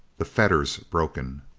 the fetters broken.